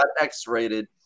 X-rated